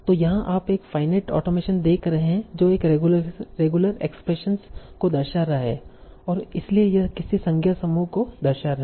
तो यहाँ आप एक फाईनाईट ऑटोमेटन देख रहे हैं जो एक रेगुलर एक्सप्रेशनस को दर्शा रहा है और इसलिए यह किसी संज्ञा समूह को दर्शा रहा है